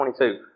22